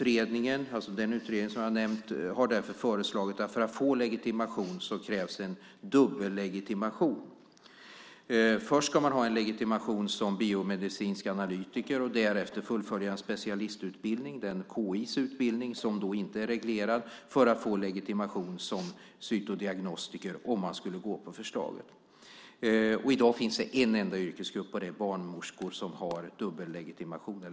Den utredning som har nämnts har därför föreslagit att för att få legitimation krävs en dubbellegitimation. Först ska man ha en legitimation som biomedicinsk analytiker och därefter fullfölja en specialistutbildning, KI:s utbildning som inte är reglerad, för att få legitimation som cytodiagnostiker enligt förslaget. I dag finns det en enda yrkesgrupp, och det är barnmorskor, som har dubbellegitimationskrav.